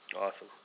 Awesome